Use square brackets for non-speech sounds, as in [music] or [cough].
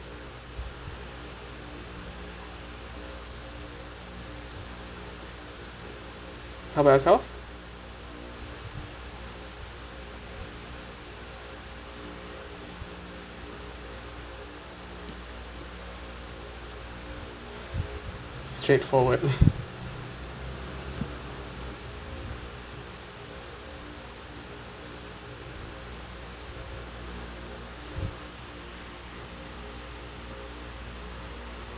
how about yourself straightforward [laughs]